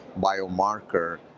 biomarker